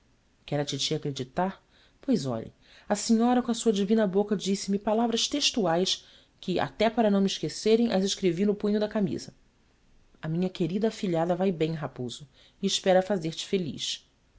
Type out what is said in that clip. quer a titi acreditar pois olhe a senhora com a sua divina boca disse-me palavras textuais que até para não me esquecerem as escrevi no punho da camisa a minha querida afilhada vai bem raposo e espera fazer-te feliz